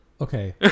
Okay